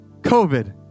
COVID